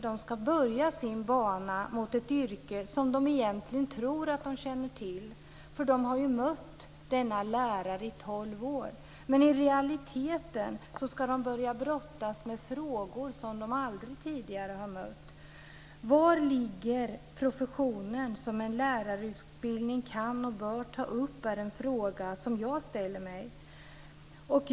De ska börja sin bana mot ett yrke som de egentligen tror att de känner till. De har ju mött denna lärare i tolv år. Men i realiteten ska de börja brottas med frågor som de aldrig tidigare har mött. Vad ligger i professionen, och vad kan och bör en lärarutbildning ta upp? Det är en fråga som jag ställer mig.